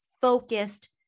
focused